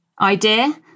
idea